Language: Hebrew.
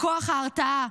לכוח ההרתעה.